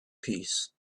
peace